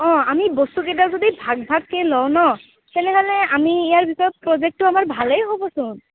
অঁ আমি বস্তু কেইটা যদি ভাগ ভাগকৈ লওঁ ন' তেনেহ'লে আমি ইয়াৰ বিষয়ে প্ৰজেক্টটো আমাৰ ভালেই হ'বচোন